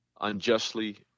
unjustly